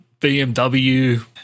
BMW